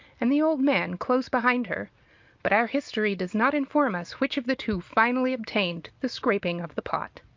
and the old man close behind her but our history does not inform us which of the two finally obtained the scraping of the pot.